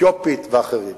האתיופית ואחרים.